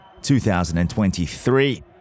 2023